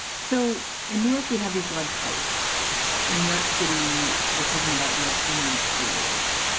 so in newark we have these lead pipes in new york city. we're talking about lead paint in the schools.